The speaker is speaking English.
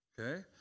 Okay